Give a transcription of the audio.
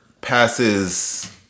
passes